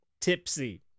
Tipsy